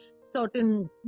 certain